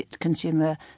consumer